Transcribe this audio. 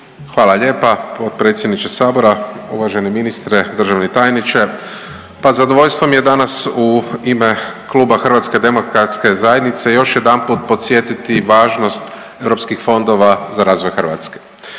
Hvala lijepa potpredsjedniče Sabora. Uvaženi ministre, državni tajniče. Pa zadovoljstvo mi je danas u ime Kluba zastupnika HDZ-a još jedanput podsjetiti važnost EU fondova za razvoj Hrvatske